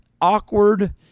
Awkward